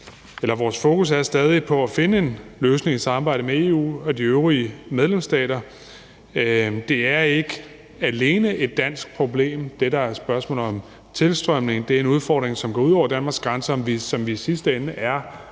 men vores fokus er stadig på at finde en løsning i samarbejde med EU og de øvrige medlemsstater. Tilstrømningen er ikke alene et dansk problem, det er en udfordring, som rækker ud over Danmarks grænser, og vi er i sidste ende er